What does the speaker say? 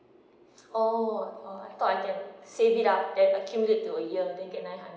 orh orh I thought I can save it up and accumulate it to a year then get nine hundred